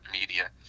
media